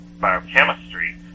biochemistry